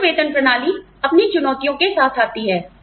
स्पष्ट वेतन प्रणाली अपनी चुनौतियों के साथ आती है